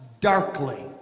darkly